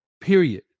Period